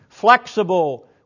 flexible